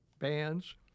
bands